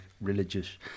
religious